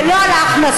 ולא על ההכנסות.